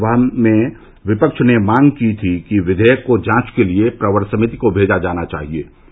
राज्य सभा में विपक्ष ने मांग की थी कि विधेयक को जांच के लिए प्रवर समिति को भेजा जाना चाहिए